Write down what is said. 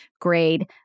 grade